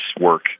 work